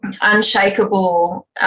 unshakable